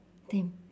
same